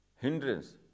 hindrance